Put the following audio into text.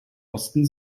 osten